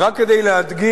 ורק כדי להדגים,